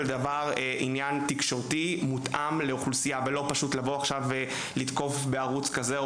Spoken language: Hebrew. זה תקשורת מותאמת אוכלוסייה ולא לתקוף בערוץ זה או